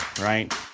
right